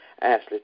Ashley